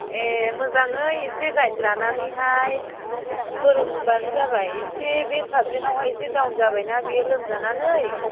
ए मोजाङै एसे गाइड लानानैहाय फोरोंबानो जाबाय एसे बे साबजेक्टआवहाय एसे दाउन जाबायना बियो लोमजानानै